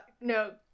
no